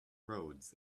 roads